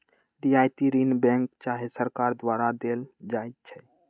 रियायती ऋण बैंक चाहे सरकार द्वारा देल जाइ छइ